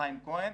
חיים כהן,